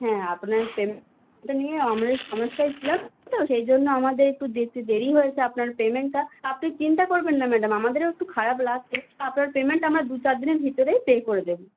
হ্যাঁ আপনার পেমেন্টটা নিয়ে আমরাও একটু সমস্যায় ছিলাম তো সেই জন্য আমাদের একটু দিতে দেরি হয়েছে আপনার পেমেন্টটা আপনি চিন্তা করবেন না ম্যাডাম আমাদেরও একটু খারাপ লাকছে তো আপনার পেমেন্ট আমরা দু চার দিনের ভিতরেই পে করে দেবো